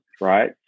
right